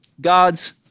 God's